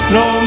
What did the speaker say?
no